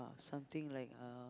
ah something like uh